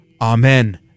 Amen